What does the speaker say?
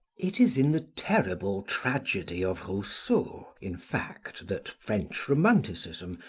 it is in the terrible tragedy of rousseau, in fact, that french romanticism,